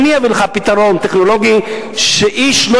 אני אביא לך פתרון טכנולוגי שאיש לא